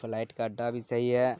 flight کا اڈا بھی صحیح ہے